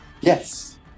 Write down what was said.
Yes